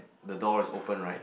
the door is open right